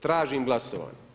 Tražim glasovanje.